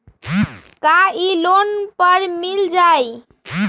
का इ लोन पर मिल जाइ?